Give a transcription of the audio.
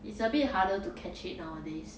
it's a bit harder to catch it nowadays